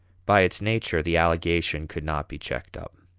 by its nature, the allegation could not be checked up.